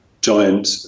giant